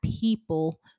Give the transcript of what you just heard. people